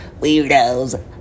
Weirdos